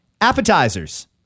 Appetizers